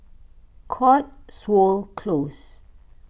Cotswold Close